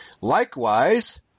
Likewise